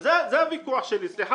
זה הוויכוח שלי.